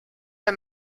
der